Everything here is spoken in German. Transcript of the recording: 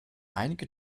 einige